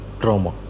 trauma